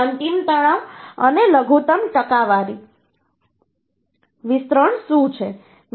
અંતિમ તણાવ અને લઘુત્તમ ટકાવારી વિસ્તરણ શું છે